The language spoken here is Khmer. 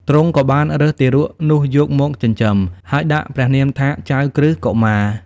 ទ្រង់ក៏បានរើសទារកនោះយកមកចិញ្ចឹម ហើយដាក់ព្រះនាមថា ចៅក្រឹស្នកុមារ។